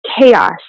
chaos